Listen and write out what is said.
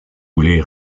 voulez